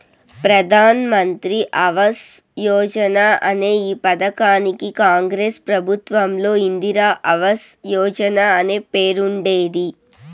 ప్రధాన్ మంత్రి ఆవాస్ యోజన అనే ఈ పథకానికి కాంగ్రెస్ ప్రభుత్వంలో ఇందిరా ఆవాస్ యోజన అనే పేరుండేది